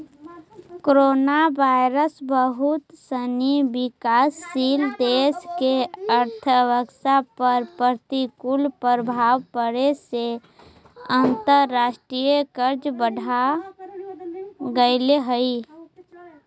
coronavirus बहुत सनी विकासशील देश के अर्थव्यवस्था पर प्रतिकूल प्रभाव पड़े से अंतर्राष्ट्रीय कर्ज बढ़ गेले हई